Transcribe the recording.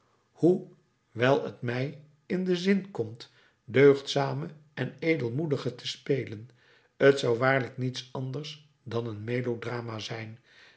hoe wijl t mij in den zin komt den deugdzame den edelmoedige te spelen t zou waarlijk niets anders dan een melodrama zijn